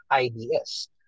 IDS